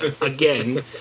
again